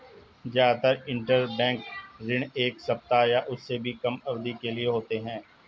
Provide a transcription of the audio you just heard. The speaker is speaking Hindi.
जादातर इन्टरबैंक ऋण एक सप्ताह या उससे भी कम अवधि के लिए होते हैं